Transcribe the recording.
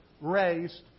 raised